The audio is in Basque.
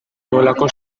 nuelako